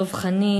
דב חנין,